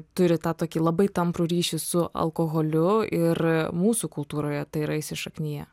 turi tą tokį labai tamprų ryšį su alkoholiu ir mūsų kultūroje tai yra įsišakniję